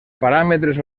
paràmetres